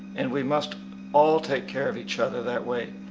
and we must all take care of each other that way.